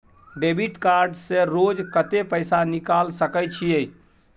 Debit card से रोज कत्ते पैसा निकाल सके छिये?